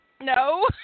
no